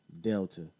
Delta